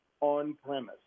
on-premise